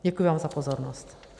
Děkuji vám za pozornost.